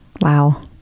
Wow